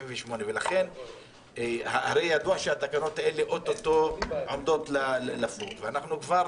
98. הרי ידוע שהתקנות האלה אוטוטו עומדות לפוג ואפשר